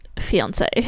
fiance